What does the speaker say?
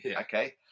okay